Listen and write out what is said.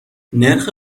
نرخ